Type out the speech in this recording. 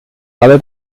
alle